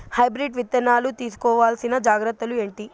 Hybrid విత్తనాలు తీసుకోవాల్సిన జాగ్రత్తలు ఏంటి?